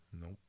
Nope